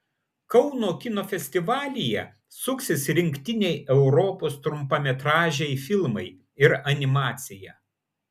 kauno kino festivalyje suksis rinktiniai europos trumpametražiai filmai ir animacija